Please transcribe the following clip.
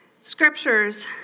Scriptures